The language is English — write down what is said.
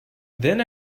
then